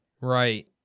Right